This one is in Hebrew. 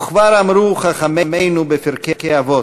וכבר אמרו חכמינו בפרקי אבות: